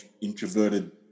introverted